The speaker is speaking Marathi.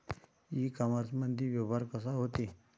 इ कामर्समंदी व्यवहार कसा होते?